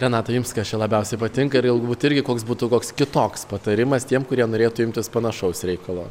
renata jums kas čia labiausiai patinka ir galbūt irgi koks būtų koks kitoks patarimas tiem kurie norėtų imtis panašaus reikalo